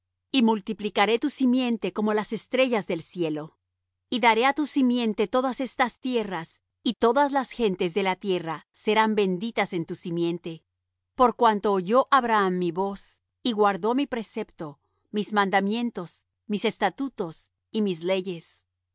y multiplicaré tu simiente como las estrellas del cielo y daré á tu simiente todas estas tierras y todas las gentes de la tierra serán benditas en tu simiente por cuanto oyó abraham mi voz y guardó mi precepto mis mandamientos mis estatutos y mis leyes